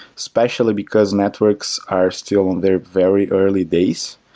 especially because networks are still on their very early days.